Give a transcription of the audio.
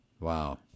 Wow